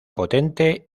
potente